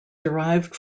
derived